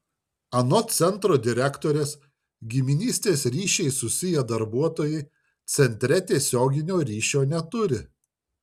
anot centro direktorės giminystės ryšiais susiję darbuotojai centre tiesioginio ryšio neturi